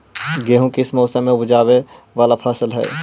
गेहूं किस मौसम में ऊपजावे वाला फसल हउ?